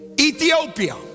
Ethiopia